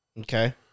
Okay